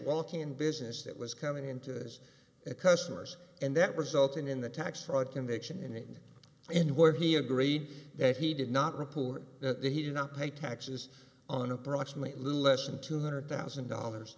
walking in business that was coming into his customers and that resulted in the tax fraud conviction and and where he agreed that he did not report that he did not pay taxes on approximate lou less than two hundred thousand dollars